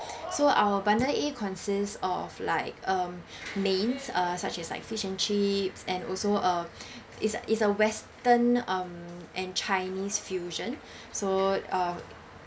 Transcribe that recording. so our bundle A consists of like um mains uh such as like fish and chips and also uh is it's a western um and chinese fusion so um